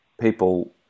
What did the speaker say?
people